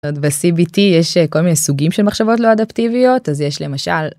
ב CBT יש כל מיני סוגים של מחשבות לא אדפטיביות אז יש למשל